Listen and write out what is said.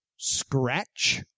Scratch